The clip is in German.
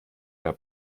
der